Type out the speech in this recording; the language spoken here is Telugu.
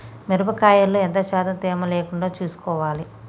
మిరప కాయల్లో ఎంత శాతం తేమ లేకుండా చూసుకోవాలి?